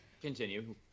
Continue